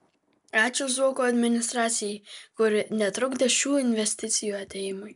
ačiū zuoko administracijai kuri netrukdė šių investicijų atėjimui